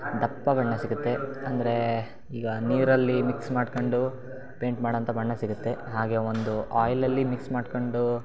ದಪ್ಪ ಬಣ್ಣದ್ದು ಸಿಗುತ್ತೆ ಅಂದ್ರೆ ಈಗ ನೀರಲ್ಲಿ ಮಿಕ್ಸ್ ಮಾಡ್ಕೊಂಡು ಪೇಂಟ್ ಮಾಡೋಂಥ ಬಣ್ಣ ಸಿಗುತ್ತೆ ಹಾಗೇ ಒಂದು ಆಯ್ಲಲ್ಲಿ ಮಿಕ್ಸ್ ಮಾಡ್ಕೊಂಡು